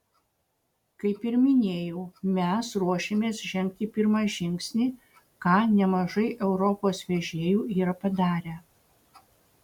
kaip ir minėjau mes ruošiamės žengti pirmą žingsnį ką nemažai europos vežėjų yra padarę